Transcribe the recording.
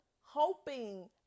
hoping